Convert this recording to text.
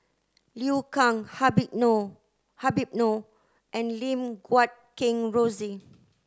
Liu Kang Habib Noh Habib Noh and Lim Guat Kheng Rosie